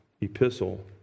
epistle